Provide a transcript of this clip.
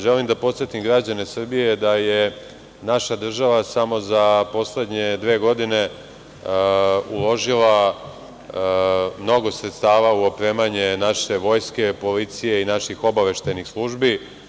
Želim da podsetim građane Srbije da je naša država samo za poslednje dve godine uložila mnogo sredstava u opremanje naše vojske, policije i naših obaveštajnih službi.